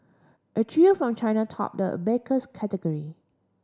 a trio from China topped the abacus category